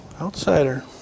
Outsider